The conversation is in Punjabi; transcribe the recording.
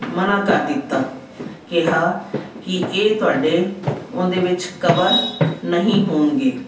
ਮਨ੍ਹਾਂ ਕਰ ਦਿੱਤਾ ਕਿਹਾ ਕਿ ਇਹ ਤੁਹਾਡੇ ਉਹਦੇ ਵਿੱਚ ਕਵਰ ਨਹੀਂ ਹੋਣਗੇ